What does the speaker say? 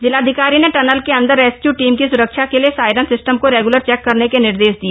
जिलाधिकारी ने टनल के अंदर रेस्क्यू टीम की सुरक्षा के लिए सायरन सिस्टम को रेग्यूलर चेक करने के निर्देश दिए